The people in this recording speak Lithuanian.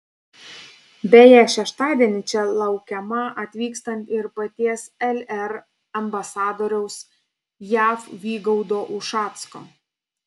beje šeštadienį čia laukiamą atvykstant ir paties lr ambasadoriaus jav vygaudo ušacko